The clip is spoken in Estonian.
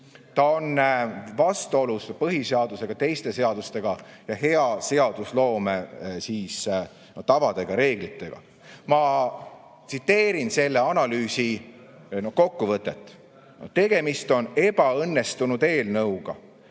See on vastuolus põhiseadusega, teiste seadustega ja hea seadusloome tavade ja reeglitega. Ma tsiteerin selle analüüsi kokkuvõtet: "… on tegemist ebaõnnestunud eelnõuga.